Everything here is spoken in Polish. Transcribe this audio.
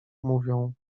mówią